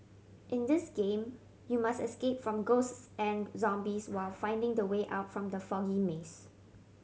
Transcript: in this game you must escape from ghosts and zombies while finding the way out from the foggy maze